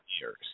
years